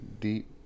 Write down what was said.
deep